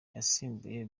yasimbuye